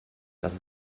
das